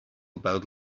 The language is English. about